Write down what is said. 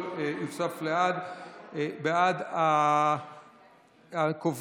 בעד, 11 חברי כנסת, נגד, ארבעה, נמנעים, אין.